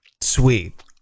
Sweet